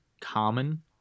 common